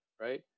right